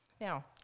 Now